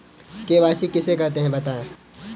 KYC किसे कहते हैं बताएँ?